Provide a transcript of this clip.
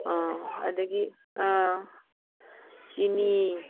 ꯑꯥ ꯑꯗꯒꯤ ꯑꯥ ꯆꯤꯅꯤ